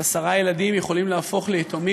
עשרה ילדים יכולים להפוך ליתומים.